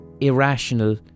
irrational